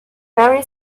very